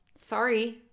Sorry